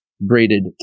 braided